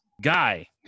Guy